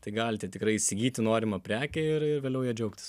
tai galite tikrai įsigyti norimą prekę ir ir vėliau ja džiaugtis